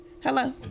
Hello